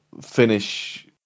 finish